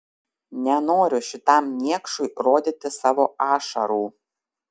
nenoriu šitam niekšui rodyti savo ašarų